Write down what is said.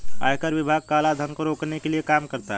आयकर विभाग काला धन को रोकने के लिए काम करता है